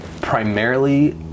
primarily